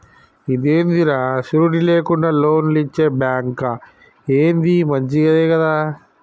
ఇదేందిరా, షూరిటీ లేకుండా లోన్లిచ్చే బాంకా, ఏంది మంచిదే గదా